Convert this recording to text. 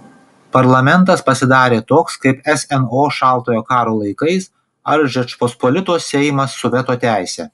parlamentas pasidarė toks kaip sno šaltojo karo laikais ar žečpospolitos seimas su veto teise